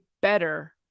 better